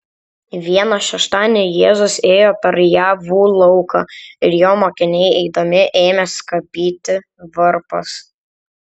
vieną šeštadienį jėzus ėjo per javų lauką ir jo mokiniai eidami ėmė skabyti varpas